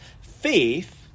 Faith